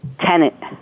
Tenant